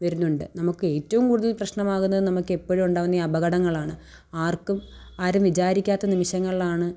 വരുന്നുണ്ട് നമുക്ക് ഏറ്റവും കൂടുതൽ പ്രശ്നമാകുന്നത് നമുക്ക് എപ്പഴും ഉണ്ടാവുന്ന ഈ അപകടങ്ങളാണ് ആർക്കും ആരും വിചാരിക്കാത്ത നിമിഷങ്ങളിലാണ്